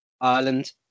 Ireland